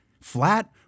Flat